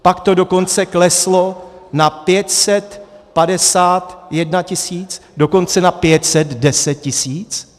Pak to dokonce kleslo na 551 tisíc, dokonce na 510 tisíc.